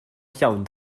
llawn